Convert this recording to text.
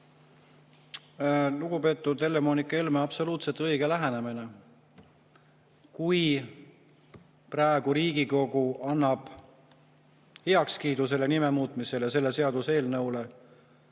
Lugupeetud Helle-Moonika Helme, absoluutselt õige lähenemine! Kui praegu Riigikogu annab heakskiidu sellele nime muutmisele ja sellele seaduseelnõule,